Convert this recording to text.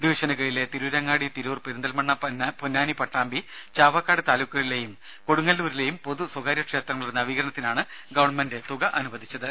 ഡിവിഷന് കീഴിലെ തിരൂരങ്ങാടി തിരൂർ പെരിന്തൽമണ്ണ പൊന്നാനി പട്ടാമ്പി ചാവക്കാട് താലൂക്കുകളിലെയും കൊടുങ്ങല്ലൂരിലെയും പൊതു സ്വകാര്യ ക്ഷേത്രങ്ങളുടെ നവീകരണത്തിനാണ് ഗവൺമെന്റ് തുക അനുവദിച്ചത്